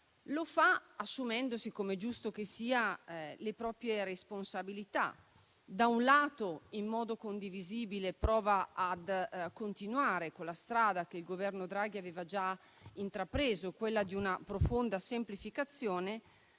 Lo fa assumendosi le proprie responsabilità, com'è giusto che sia. Da un lato, in modo condivisibile, prova a continuare con la strada che il Governo Draghi aveva già intrapreso, quella di una profonda semplificazione;